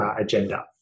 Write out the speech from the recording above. agenda